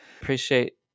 appreciate